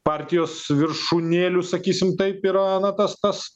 partijos viršūnėlių sakysim taip yra na tas tas